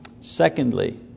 Secondly